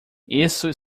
isso